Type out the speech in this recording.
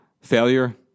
Failure